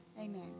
Amen